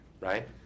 right